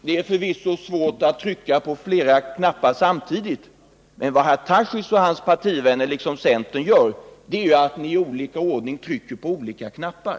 Det är förvisso svårt att trycka på flera knappar samtidigt, men vad herr Tarschys och hans partivänner, liksom centern, gör är att ni i olika ordning trycker på olika knappar.